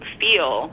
feel